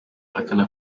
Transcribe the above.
ahakana